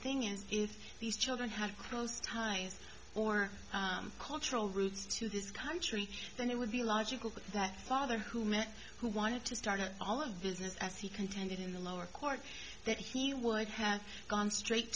thing is if these children had close ties or cultural roots to this country then it would be logical that father who met who wanted to start up all of business as he contended in the lower court that he would have gone straight